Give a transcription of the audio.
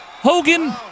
Hogan